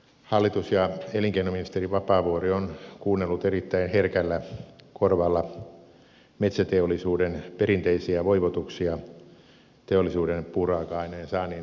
hallitus ja elinkeinoministeri vapaavuori ovat kuunnelleet erittäin herkällä korvalla metsäteollisuuden perinteisiä voivotuksia teollisuuden puuraaka aineen saannin turvaamisesta